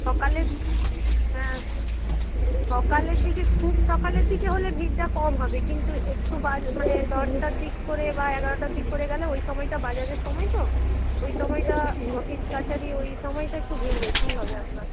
সকালের হ্যাঁ সকালের দিকে খুব সকালের দিকে হলে ভিড়টা কম হবে কিন্তু একটু বাজ মানে দশটার দিক করে বা এগারোটার দিক করে গ্যালে ওই সময়টা বাজারের সময় তো ওই সময়টা অফিস কাছারি ওই সময়টা একটু ভিড় বেশিই হবে আপনার